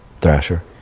Thrasher